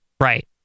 Right